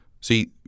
See